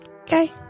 okay